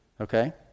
Okay